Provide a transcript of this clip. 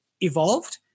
evolved